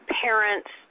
parents